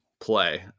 play